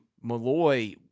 Malloy